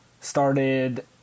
Started